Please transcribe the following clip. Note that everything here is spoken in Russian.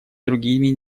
другими